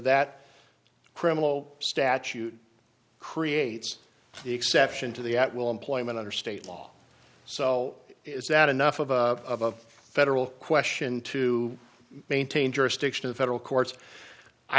that criminal statute creates the exception to the at will employment under state law so is that enough of a federal question to maintain jurisdiction of federal courts i